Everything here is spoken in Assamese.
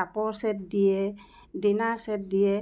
কাপৰ ছেট দিয়ে ডিনাৰ ছেট দিয়ে